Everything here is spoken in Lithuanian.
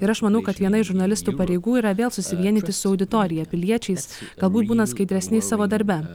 ir aš manau kad viena iš žurnalistų pareigų yra vėl susivienyti su auditorija piliečiais galbūt būnant skaidresniais savo darbe